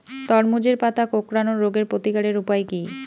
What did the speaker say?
তরমুজের পাতা কোঁকড়ানো রোগের প্রতিকারের উপায় কী?